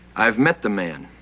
i've met the man,